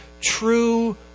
true